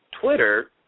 twitter